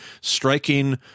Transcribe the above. striking